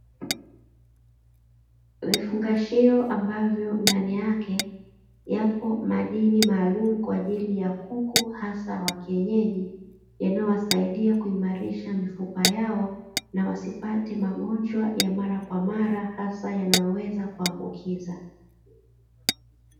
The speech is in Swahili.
Vifungashio ambavyo ndani yake yapo madini maalumu kwaajili ya kuku hasa wa kienyeji, yanayowasaidia kuimarisha mifupa yao na wasipate magonjwa ya mara kwa mara hasa yanayoweza kuambukiza.